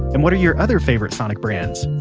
and what are your other favorite sonic brands?